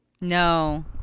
No